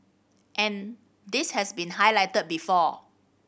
and this has been highlighted before